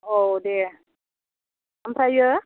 औ दे ओमफ्राय